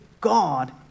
God